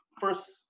first